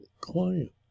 client